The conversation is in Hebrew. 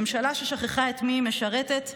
ממשלה ששכחה את מי היא משרתת,